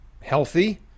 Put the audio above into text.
healthy